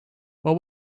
what